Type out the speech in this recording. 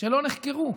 שלא נחקרו.